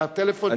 על הטלפון,